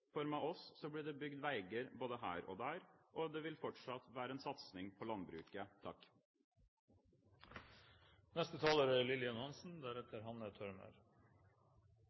for med oss blir det bygd veier både her og der, og det vil fortsatt være en satsing på landbruket.